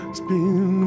spin